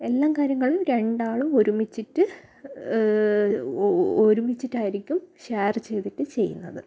എല്ലാ കാര്യങ്ങളും രണ്ടാളും ഒരുമിച്ചിട്ട് ഒരുമിച്ചിട്ടായിരിക്കും ഷെയർ ചെയ്തിട്ട് ചെയ്യുന്നത്